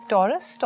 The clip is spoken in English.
Taurus